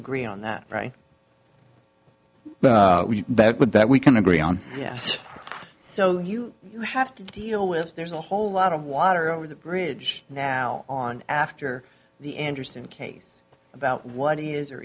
agree on that right that would that we can agree on yes so you have to deal with there's a whole lot of water over the bridge now on after the interesting case about what is there